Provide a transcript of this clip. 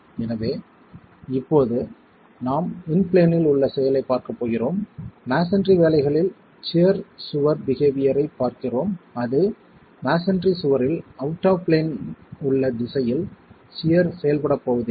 எனவே இப்போது நாம் இன் பிளேன்னில் உள்ள செயலைப் பார்க்கப் போகிறோம் மஸோன்றி வேலைகளில் சியர் சுவர் பிஹேவியர்யைப் பார்க்கிறோம் அது மஸோன்றி சுவரில் அவுட் ஆப் பிளேன் உள்ள திசையில் சியர் செயல்படப் போவதில்லை